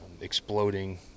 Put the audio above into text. exploding